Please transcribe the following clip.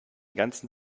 ganzen